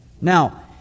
Now